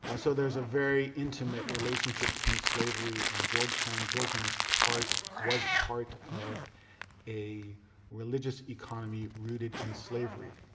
ah so there's a very intimate relationship between slavery and georgetown. georgetown is part was part of a religious economy rooted in slavery.